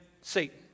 Satan